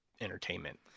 entertainment